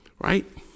Right